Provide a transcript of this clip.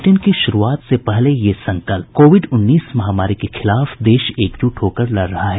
bulletin की शुरूआत से पहले ये संकल्प कोविड उन्नीस महामारी के खिलाफ देश एकजुट होकर लड़ रहा है